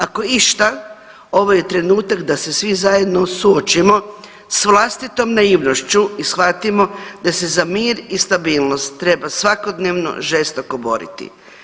Ako išta ovo je trenutak da se svi zajedno suočimo s vlastitom naivnošću i shvatimo da se za mir i stabilnost treba svakodnevno žestoko boriti.